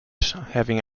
having